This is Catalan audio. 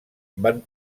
van